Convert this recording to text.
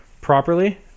properly